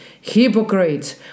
hypocrites